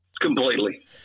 completely